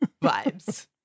vibes